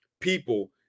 people